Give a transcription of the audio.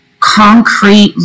concrete